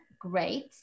great